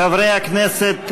חברי הכנסת,